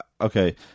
Okay